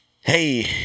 Hey